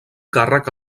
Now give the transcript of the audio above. càrrec